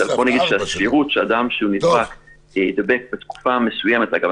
בוא נגיד שהסבירות של אדם שנדבק יידבק בתקופה מסוימת אגב,